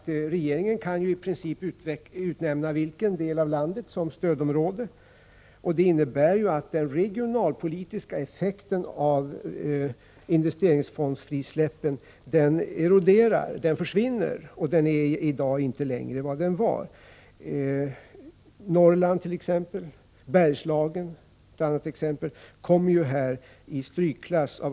Regeringen kan ju i princip utnämna vilken del av landet som helst till stödområde. Följden blir att den regionalpolitiska effekten av investeringsfondsfrisläppen försvinner. I dag är den inte längre vad den var. Norrland och Bergslagen t.ex. kommer av allt att döma i strykklass.